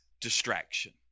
distraction